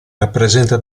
rappresenta